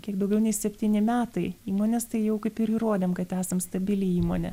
kiek daugiau nei septyni metai įmonės tai jau kaip ir įrodėm kad esam stabili įmonė